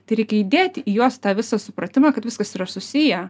tai reikia įdėti į juos tą visą supratimą kad viskas yra susiję